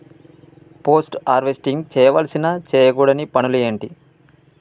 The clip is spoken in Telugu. పోస్ట్ హార్వెస్టింగ్ చేయవలసిన చేయకూడని పనులు ఏంటి?